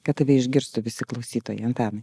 kad tave išgirstų visi klausytojai antanai